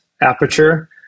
aperture